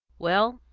well,